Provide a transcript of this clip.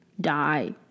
die